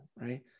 right